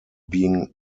being